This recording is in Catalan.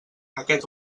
aquest